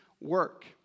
work